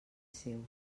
seu